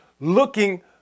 looking